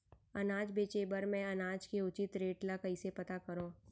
अनाज बेचे बर मैं अनाज के उचित रेट ल कइसे पता करो?